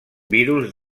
virus